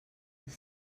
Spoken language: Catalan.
els